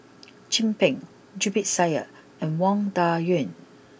Chin Peng Zubir Said and Wang Dayuan